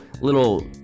little